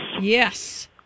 Yes